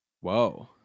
Whoa